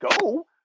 go